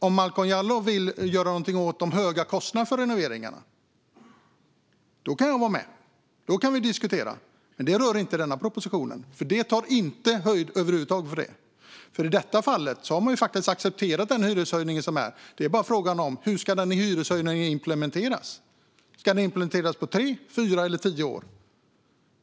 Om Malcolm Jallow vill göra någonting åt de höga kostnaderna för renoveringarna kan vi diskutera det, men det rör inte denna proposition. Den tar över huvud taget inte höjd för det. I detta fall har man faktiskt accepterat den hyreshöjning som är. Frågan är bara hur hyreshöjningen ska implementeras. Ska den implementeras på tre, fyra eller tio år?